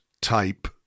type